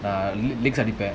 uh drinks அடிப்பேன்:adipen